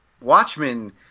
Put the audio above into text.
Watchmen